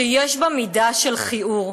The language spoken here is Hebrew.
שיש בה מידה של כיעור.